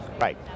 Right